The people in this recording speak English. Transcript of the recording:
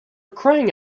crying